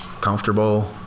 comfortable